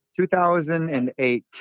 2008